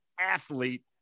athlete